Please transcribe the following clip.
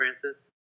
Francis